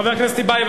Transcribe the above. חבר הכנסת טיבייב,